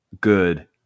good